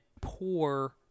poor